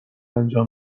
انجام